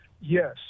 Yes